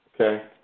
Okay